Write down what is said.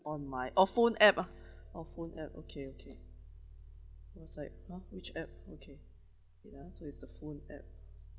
on my oh phone app ah oh phone app okay okay I was like !huh! which app okay wait ah so it's the phone app